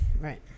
Right